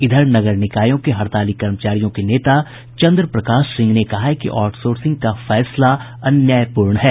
इधर नगर निकायों के हड़ताली कर्मचारियों के नेता चन्द्र प्रकाश सिंह ने कहा है कि आउटसोर्सिंग का निर्णय अन्यायपूर्ण है